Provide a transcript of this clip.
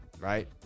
right